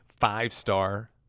five-star